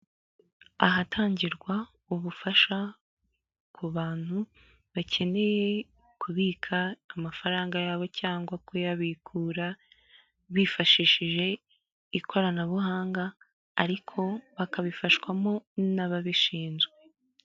Ahatangirwa ubufasha ku bantu bakeneye kubika amafaranga yabo cyangwa kuyabikura bifashishije ikoranabuhanga ariko bakabifashwamo n'ababishinzwe.